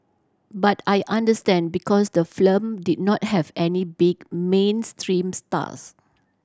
but I understand because the film did not have any big mainstream stars